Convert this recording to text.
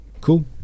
Cool